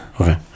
Okay